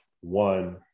one